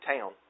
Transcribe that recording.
town